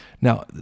Now